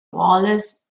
wallis